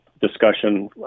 discussion